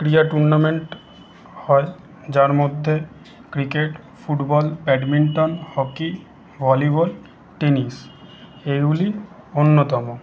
ক্রীড়া টুর্নামেন্ট হয় যার মধ্যে cricket football badminton hockey volleyball tennis এগুলি অন্যতম